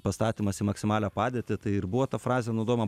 pastatymas į maksimalią padėtį tai ir buvo ta frazė naudojama